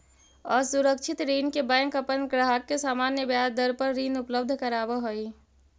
असुरक्षित ऋण में बैंक अपन ग्राहक के सामान्य ब्याज दर पर ऋण उपलब्ध करावऽ हइ